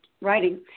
writing